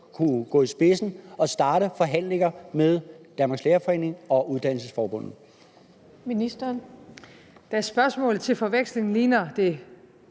kunne gå i spidsen og starte forhandlinger med Danmarks Lærerforening og Uddannelseforbundet?